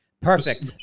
Perfect